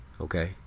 Okay